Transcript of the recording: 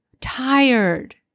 tired